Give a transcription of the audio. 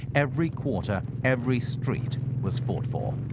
every quarter, every street was fought for.